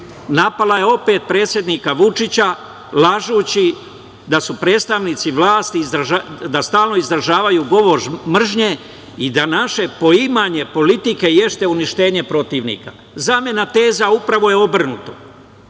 Napala je opet predsednika Vučića lažući da predstavnici vlasti stalno izražavaju govor mržnje i da naše poimanje politike jeste uništenje protivnika. Zamena teza upravo je obrnuto.